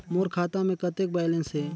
मोर खाता मे कतेक बैलेंस हे?